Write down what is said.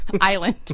island